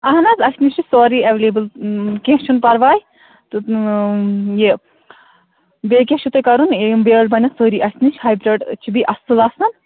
اَہَن حظ اَسہِ نِش چھِ سورٕے اٮ۪ویلیبٕل کیٚنہہ چھُنہٕ پرواے تہٕ یہِ بیٚیہِ کیٛاہ چھُو تۄہہِ کَرُن یِم بیٛٲلۍ بَنَن سٲری اَسہِ نِش ہایبِرٛڈ چھِ بیٚیہِ اَصٕل آسان